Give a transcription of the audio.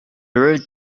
root